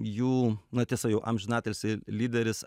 jų na tiesa jau amžinatilsį lyderis